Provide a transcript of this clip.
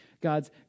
God's